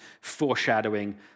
foreshadowing